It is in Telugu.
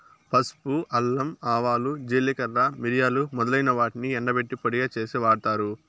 పసుపు, అల్లం, ఆవాలు, జీలకర్ర, మిరియాలు మొదలైన వాటిని ఎండబెట్టి పొడిగా చేసి వాడతారు